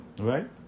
right